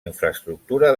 infraestructura